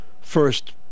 first